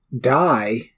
die